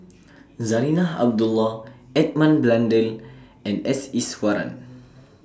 Zarinah Abdullah Edmund Blundell and S Iswaran